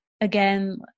again